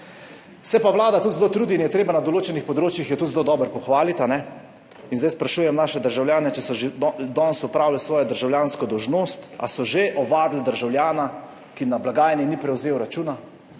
Se pa vlada tudi zelo trudi in jo je treba na določenih področjih tudi zelo dobro pohvaliti. In zdaj sprašujem naše državljane, če so do danes že opravili svojo državljansko dolžnost. Ali so že ovadili državljana, ki na blagajni ni prevzel računa?